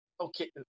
Okay